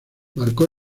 marcó